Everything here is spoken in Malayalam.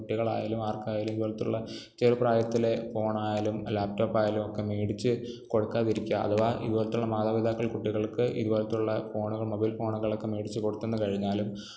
കുട്ടികളായാലും ആർക്കായാലും ഇതുപോലത്തുള്ള ചെറുപ്രായത്തിൽ ഫോണായാലും ലാപ്ടോപ്പായാലും ഒക്കെ മേടിച്ചു കൊടുക്കാതിരിക്കുക അഥവാ ഇതുപോലത്തുള്ള മാതാപിതാക്കൾ കുട്ടികൾക്ക് ഇതുപോലത്തുള്ള ഫോൺ മൊബൈൽ ഫോണുകളൊക്കെ മേടിച്ചു കൊടുത്തു കഴിഞ്ഞാൽ